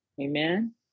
Amen